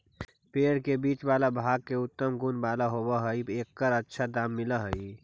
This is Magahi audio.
पेड़ के बीच वाला भाग जे उत्तम गुण वाला होवऽ हई, एकर अच्छा दाम मिलऽ हई